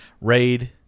Raid